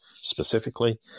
specifically